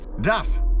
duff